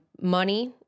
money